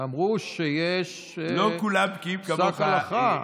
ואמרו שיש פסק הלכה.